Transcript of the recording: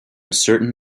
certain